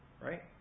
Right